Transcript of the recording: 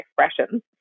expressions